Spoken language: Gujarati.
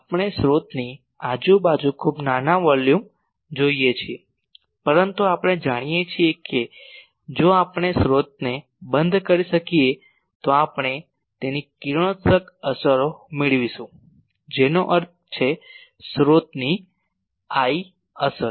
આપણે સ્રોતની આજુબાજુ ખૂબ નાના વોલ્યુમ જોઈએ છીએ પરંતુ આપણે જાણીએ છીએ કે જો આપણે સ્રોતને બંધ કરી શકીએ તો આપણે તેની કિરણોત્સર્ગ અસરો મેળવીશું જેનો અર્થ છે સ્રોતની I અસર